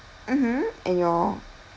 mmhmm and your